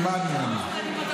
אתה תלמד מי אני.